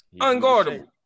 Unguardable